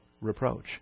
reproach